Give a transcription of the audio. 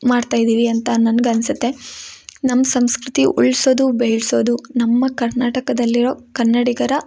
ಮಾಡ್ತಾಯಿದ್ದೀವಿ ಅಂತ ನನ್ಗೆ ಅನ್ಸುತ್ತೆ ನಮ್ಮ ಸಂಸ್ಕೃತಿ ಉಳಿಸೋದು ಬೆಳೆಸೋದು ನಮ್ಮ ಕರ್ನಾಟಕದಲ್ಲಿರೋ ಕನ್ನಡಿಗರ